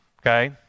Okay